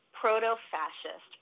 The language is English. proto-fascist